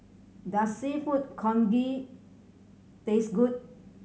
does Seafood Congee taste good